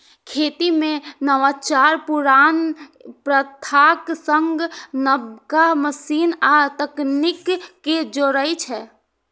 खेती मे नवाचार पुरान प्रथाक संग नबका मशीन आ तकनीक कें जोड़ै छै